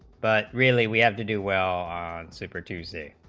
but really we have to do well ah and super tuesday